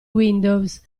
windows